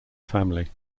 family